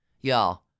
y'all